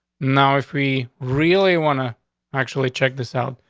now, if we really wanna actually check this out,